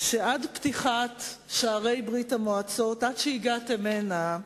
עד פתיחת שערי ברית-המועצות, עד שהגעתם הנה,